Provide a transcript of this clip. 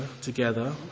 together